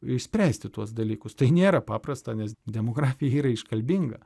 išspręsti tuos dalykus tai nėra paprasta nes demografija yra iškalbinga